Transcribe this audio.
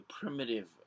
primitive